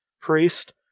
priest